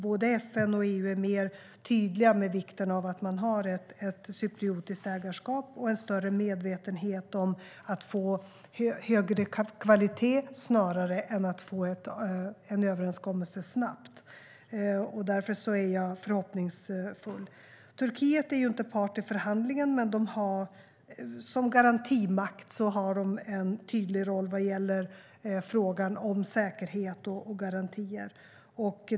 Både FN och EU är tydligare med vikten av att ha ett cypriotiskt ägarskap och en större medvetenhet om att få högre kvalitet snarare än en snabb överenskommelse. Därför är jag förhoppningsfull. Turkiet är inte part i förhandlingen, men som garantimakt har de en tydlig roll vad gäller frågan om säkerhet och garantier.